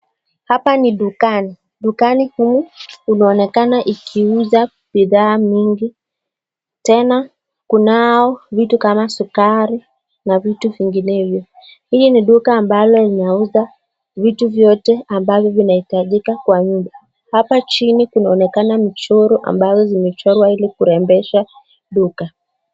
Hapa ni dukani. Dukani humu kunaonekana ikiuza bidhaa mingi, tena kunao vitu kama sukari na vitu vinginevyo. Hili ni duka ambalo linauza vitu vyote ambavyo vinahitajika kwa nyumba. Hapa chini kunaonekana mchoro ambazo zimechorwa ili kurembesha duka.